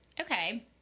Okay